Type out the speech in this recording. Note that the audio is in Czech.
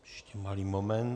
Ještě malý moment.